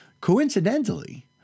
coincidentally